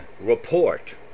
report